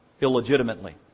illegitimately